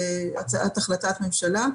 חלק מחברי הצוות ביקר בכפר איזון.